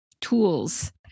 tools